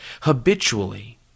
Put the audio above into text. habitually